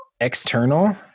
external